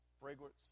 fragrance